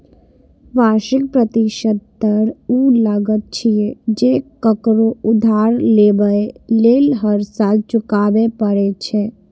वार्षिक प्रतिशत दर ऊ लागत छियै, जे ककरो उधार लेबय लेल हर साल चुकबै पड़ै छै